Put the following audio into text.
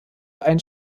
ein